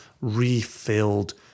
refilled